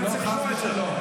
אני רוצה לשמוע את זה.